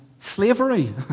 Slavery